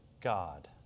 God